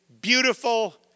beautiful